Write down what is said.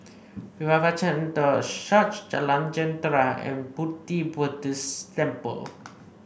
Revival Centre Church Jalan Jentera and Pu Ti Buddhist Temple